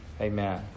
Amen